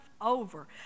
over